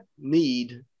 need